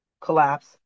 collapse